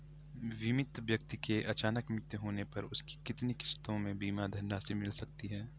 बीमित व्यक्ति के अचानक मृत्यु होने पर उसकी कितनी किश्तों में बीमा धनराशि मिल सकती है?